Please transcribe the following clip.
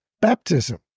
baptism